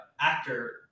actor